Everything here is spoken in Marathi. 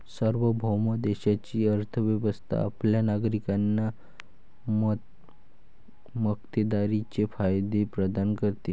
सार्वभौम देशाची अर्थ व्यवस्था आपल्या नागरिकांना मक्तेदारीचे फायदे प्रदान करते